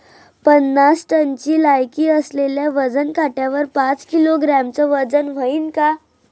पन्नास टनची लायकी असलेल्या वजन काट्यावर पाच किलोग्रॅमचं वजन व्हईन का?